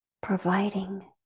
providing